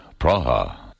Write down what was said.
Praha